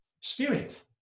Spirit